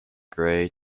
grey